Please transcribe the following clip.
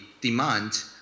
demand